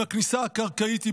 עם הכניסה הקרקעית,